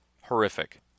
horrific